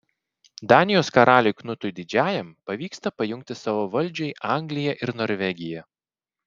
danijos karaliui knutui didžiajam pavyksta pajungti savo valdžiai angliją ir norvegiją